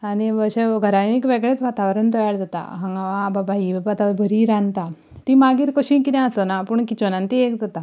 आनी अशें घरांत एक वेगळेंच वातावरण तयार जाता हांगा आं बाबा ही बाबा बरी रांदता ती मागीर कशीय कितेंय आसना पूण किचनांत तीं एक जाता